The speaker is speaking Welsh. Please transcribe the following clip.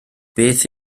beth